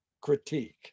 critique